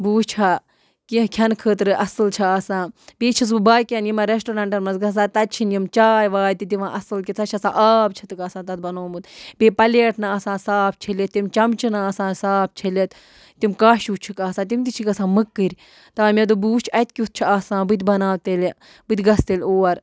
بہٕ وٕچھ ہا کیٚنٛہہ کھٮ۪نہٕ خٲطرٕ اَصٕل چھِ آسان بیٚیہِ چھَس بہٕ باقیَن یِمَن رٮ۪سٹورَنٛٹَن منٛز گژھان تَتہِ چھِنہٕ یِم چاے واے تہِ دِوان اَصٕل کیٚنٛہہ سۄ چھِ آسان آب چھِتھ تَتھ بَنومُت بیٚیہِ پَلیٹنہٕ آسان صاف چھٔلِتھ تِم چَمچہٕ نہٕ آسان صاف چھٔلِتھ تِم کاشوٕ چھِکھ آسان تِم تہِ چھِ گژھان مٔکٕرۍ تانۍ مےٚ دوٚپ بہٕ وٕچھ اَتہِ کیُتھ چھُ آسان بہٕ تہِ بَناو تیٚلہِ بہٕ تہِ گژھٕ تیٚلہِ اور